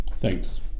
Thanks